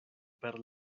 per